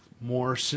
more